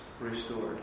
restored